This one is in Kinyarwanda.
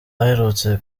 aherutse